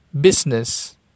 business